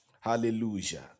Hallelujah